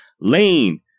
Lane